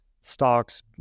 stocks